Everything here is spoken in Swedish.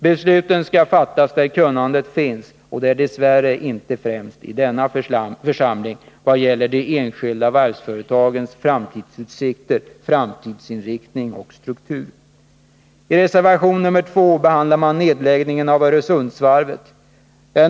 Besluten skall fattas där kunnandet finns, och det är dess värre inte främst i denna församling när det gäller de enskilda varvsföretagens framtidsutsikter, framtidsinriktning och struktur. I reservation 2 behandlar socialdemokraterna nedläggningen av Öresundsvarvet.